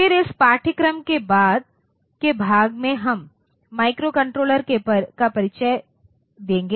फिर इस पाठ्यक्रम के बाद के भाग में हम माइक्रोकंट्रोलर का परिचय देंगे